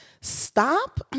stop